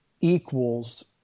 equals